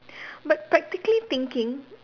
but practically thinking